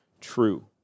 true